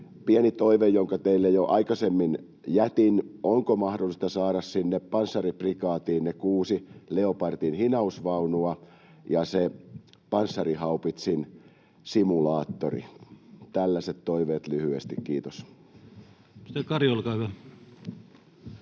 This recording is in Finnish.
Pieni toive, jonka teille jo aikaisemmin jätin: onko mahdollista saada sinne Panssariprikaatiin ne kuusi Leopardin hinausvaunua ja se panssarihaupitsin simulaattori? Tällaiset toiveet lyhyesti, kiitos.